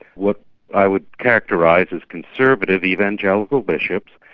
what i would characterise as conservative evangelical bishops,